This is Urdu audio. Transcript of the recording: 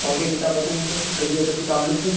اور کوئی کتاب بتائیں سر عربی ادب کے تعلق سے